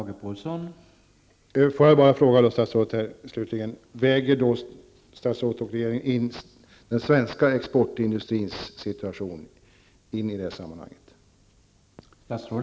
Herr talman! Låt mig då slutligen bara fråga statsrådet: Väger statsrådet och regeringen då i det sammanhanget in den svenska exportindustrins situation?